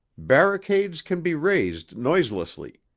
barricades can be raised noiselessly,